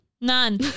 none